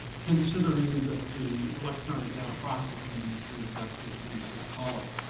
considering that the electronic data processing industry, if that's what you can still call it,